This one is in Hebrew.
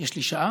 יש לי שעה?